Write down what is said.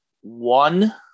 one –